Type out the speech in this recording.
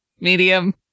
medium